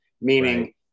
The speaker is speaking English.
Meaning